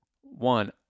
One